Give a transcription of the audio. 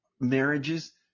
Marriages